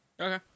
Okay